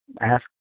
ask